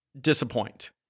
disappoint